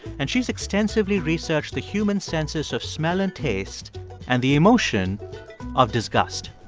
and she's extensively researched the human senses of smell and taste and the emotion of disgust